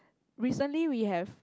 recently we have